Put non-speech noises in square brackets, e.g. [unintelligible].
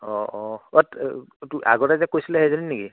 অ' অ' [unintelligible] আগতে যে কৈছিলে সেইজনী নেকি